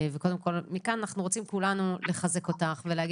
מכאן כולנו רוצים לחזק אותך ולהגיד